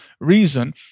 reason